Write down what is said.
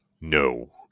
No